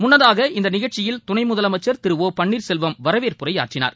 முன்னதாக இந்த நிகழ்ச்சியில் துணை முதலமைச்சர் திரு ஒ பன்வீர்செல்வம் வரவேற்பு உரையாற்றினார்